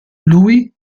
lui